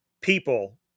people